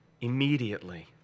immediately